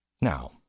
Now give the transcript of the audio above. Now